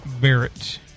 Barrett